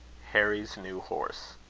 harry's new horse.